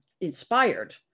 inspired